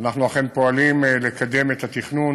ואנחנו אכן פועלים לקדם את התכנון